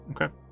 Okay